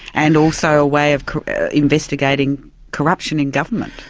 and also a way of investigating corruption in government?